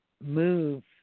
move